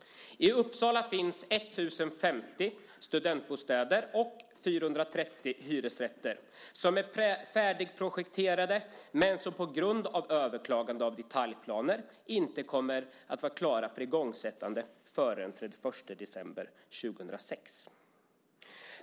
I Uppsala finns 1 050 studentbostäder och 430 hyresrätter som är färdigprojekterade men som på grund av överklaganden av detaljplaner inte kommer att klara en igångsättning före den 31 december 2006.